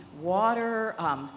water